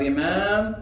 Imam